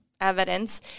evidence